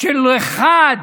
של חבר אחד